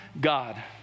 God